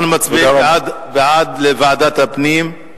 אנחנו מצביעים: בעד, לוועדת הפנים,